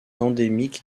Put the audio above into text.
endémique